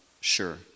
sure